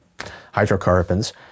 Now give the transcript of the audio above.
hydrocarbons